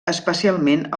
especialment